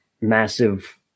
massive